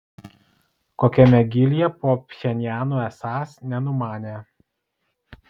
kokiame gylyje po pchenjanu esąs nenumanė